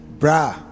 bra